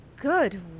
Good